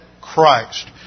Christ